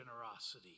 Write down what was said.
generosity